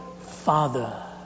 Father